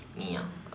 me ah